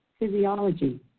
Physiology